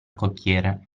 cocchiere